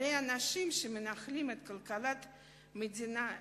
הרי אנשים שמכלכלים את כלכלת מדינת